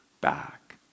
back